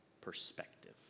perspective